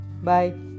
Bye